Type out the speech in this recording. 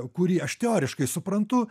kurį aš teoriškai suprantu